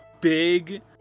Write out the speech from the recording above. big